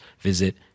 visit